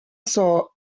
saw